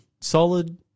solid